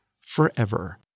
forever